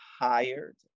hired